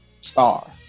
star